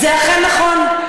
זה אכן נכון.